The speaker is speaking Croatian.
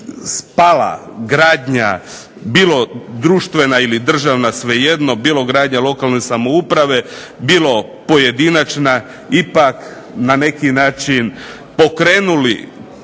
spala gradnja bilo društvena ili državna svejedno, bilo gradnja lokalne samouprave, bilo pojedinačna ipak na neki način pokrenuli